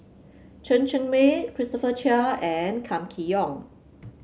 Chen Cheng Mei Christopher Chia and Kam Kee Yong